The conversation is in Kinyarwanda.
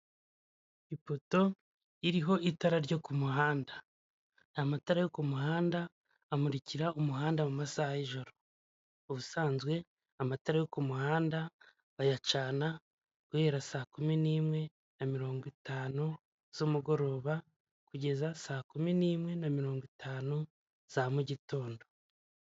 Ipoto iriho itara ryo ku muhanda. Ni amatara yo ku muhanda amurikira umuhanda mu masaha y'ijoro. Ubusanzwe amatara yo ku muhanda bayacana guhera saa kumi n'imwe na mirongo itanu z'umugoroba, kugeza saa kumi n'imwe na mirongo itanu za mugitondo.